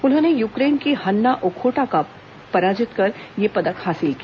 उन्होंने यूक्रेन की Hanna Okhota को पराजित कर यह पदक हासिल किया